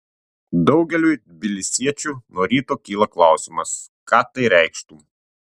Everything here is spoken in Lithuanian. daugeliui tbilisiečių nuo ryto kyla klausimas ką tai reikštų